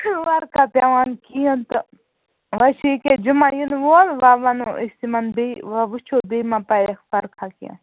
وَرقا پٮ۪وان کِہیٖنٛۍ تہٕ وۅں چھِ یہِ کیٚاہ جُمعہ یِنہٕ وول وۅنۍ وَنو أسۍ یِمَن بیٚیہِ وۅنۍ وُچھو بیٚیہِ ما پَرَکھ فرقاہ کیٚنٛہہ